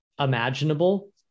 imaginable